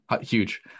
Huge